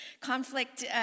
conflict